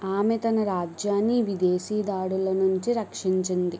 ఆమె తన రాజ్యాన్ని విదేశీ దాడుల నుంచి రక్షించింది